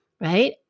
right